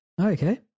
Okay